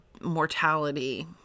mortality